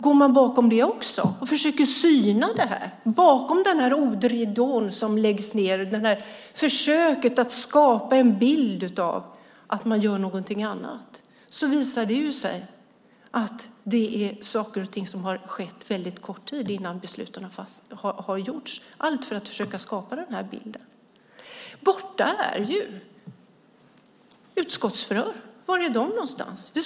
Går man bakom det också och försöker syna detta bakom den ordridå som sänks ned, bakom försöket att skapa en bild av att man gör någonting annat, visar det sig att det är saker och ting som har skett väldigt kort tid innan besluten har fattats, allt för att försöka skapa den här bilden. Borta är ju utskottsförhör. Var är de?